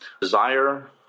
desire